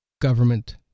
government